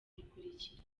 ikurikira